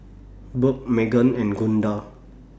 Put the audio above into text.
Burke Meggan and Gunda